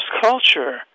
culture